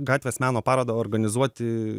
gatvės meno parodą organizuoti